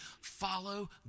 follow